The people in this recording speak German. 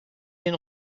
den